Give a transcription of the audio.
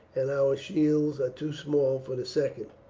and our shields are too small for the second.